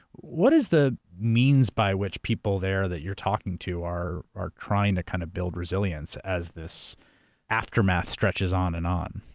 what is the means by which people there that you're talking to are are trying to kind of build resilience as this aftermath stretches on and on?